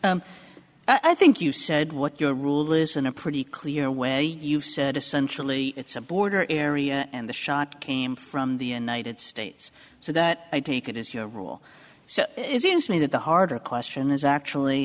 beings i think you said what your rule is in a pretty clear way you said essentially it's a border area and the shot came from the united states so that i take it as a rule so it seems to me that the harder question is actually